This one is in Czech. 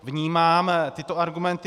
Vnímám tyto argumenty.